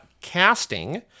casting